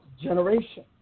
Generation